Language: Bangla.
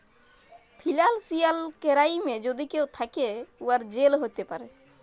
ফিলালসিয়াল কেরাইমে যদি কেউ থ্যাকে, উয়ার জেল হ্যতে পারে